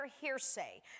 hearsay